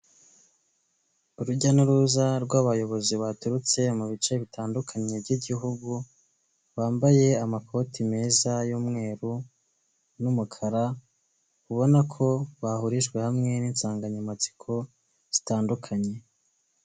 Urujya n'uruza rw'abayobozi baturutse mu bice bitandukanye by'igihugu, bambaye amakoti meza y'umweru n'umukara, ubona ko bahurijwe hamwe n'insanganyamatsiko zitandukanye.